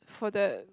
for the